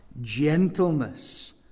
gentleness